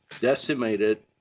decimated